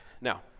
Now